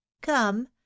come